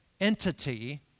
entity